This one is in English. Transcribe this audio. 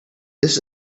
this